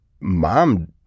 mom